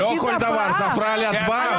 לא כל דבר זה הפרעה להצבעה.